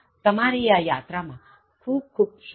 તમારી આ યાત્રા માં ખૂબખૂબ શુભેચ્છા